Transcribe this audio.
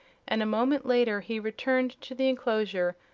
and a moment later he returned to the enclosure,